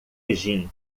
gin